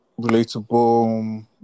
Relatable